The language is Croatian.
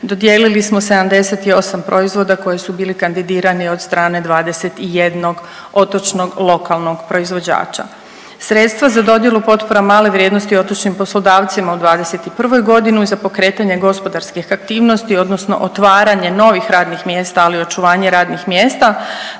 dodijelili smo 78 proizvoda koji su bili kandidirani od strane 21 otočnog lokalnog proizvođača. Sredstva za dodjelu potpora male vrijednosti otočnim poslodavcima u '21. godini za pokretanje gospodarskih aktivnosti odnosno otvaranje novih radnih mjesta, ali i očuvanje radnih mjesta